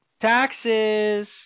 Taxes